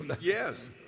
Yes